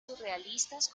surrealistas